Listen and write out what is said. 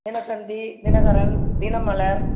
Dinathanthi Dinakaran Dinamalar